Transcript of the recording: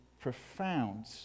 profound